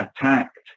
attacked